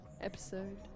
episode